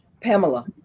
Pamela